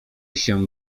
się